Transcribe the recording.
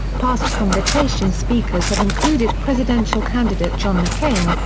past convocation speakers have included presidential candidate john mccain,